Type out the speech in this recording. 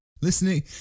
Listening